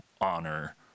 honor